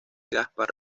gaspar